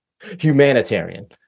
Humanitarian